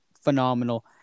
phenomenal